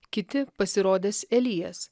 kiti pasirodęs elijas